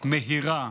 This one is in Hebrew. מהירה,